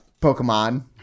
Pokemon